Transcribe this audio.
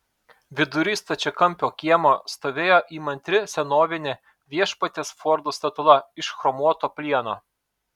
vidury stačiakampio kiemo stovėjo įmantri senovinė viešpaties fordo statula iš chromuoto plieno